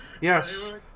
Yes